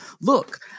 look